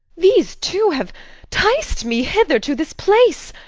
these two have ticed me hither to this place.